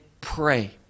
pray